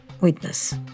witness